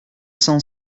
cent